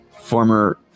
former